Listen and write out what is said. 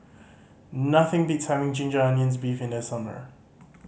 nothing beats having ginger onions beef in the summer